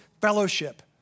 fellowship